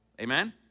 amen